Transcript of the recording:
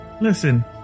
Listen